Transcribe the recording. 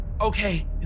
okay